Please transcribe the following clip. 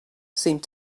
seemed